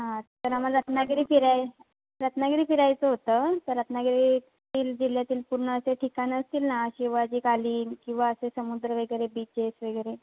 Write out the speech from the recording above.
हां तर आम्हाला रत्नागिरी फिराय रत्नागिरी फिरायचं होतं तर रत्नागिरीतील जिल्ह्यातील पूर्ण असे ठिकाण असतील ना शिवाजीकालीन किंवा असे समुद्र वगैरे बीचेस वगैरे